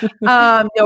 No